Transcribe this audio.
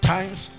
Times